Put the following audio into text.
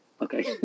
Okay